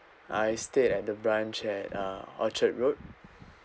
I stayed at the branch at uh orchard road